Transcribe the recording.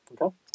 Okay